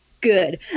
good